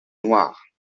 noires